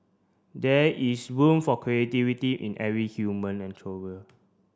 there is room for creativity in every human